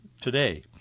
today